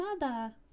mother